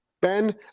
ben